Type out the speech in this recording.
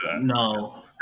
no